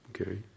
okay